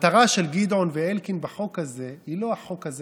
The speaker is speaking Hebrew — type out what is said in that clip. המטרה של גדעון ואלקין בחוק הזה היא לא החוק הזה